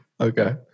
Okay